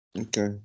Okay